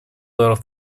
little